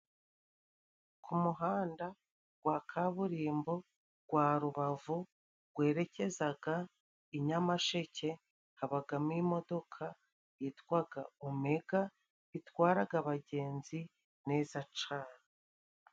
Ku muhanda gwa kaburimbo gwa Rubavu gwerekezaga i Nyamasheke, habagamo imodoka yitwaga Omega itwaraga abagenzi neza cane.